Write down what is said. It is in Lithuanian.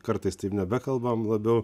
kartais taip nebekalbam labiau